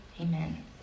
Amen